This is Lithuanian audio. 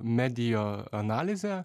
medijo analizę